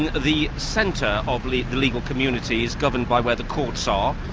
and the centre of the the legal community is governed by where the courts are,